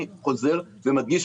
אני חוזר ומדגיש,